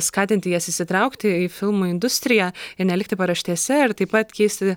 skatinti jas įsitraukti į filmų industriją ir nelikti paraštėse ir taip pat keisti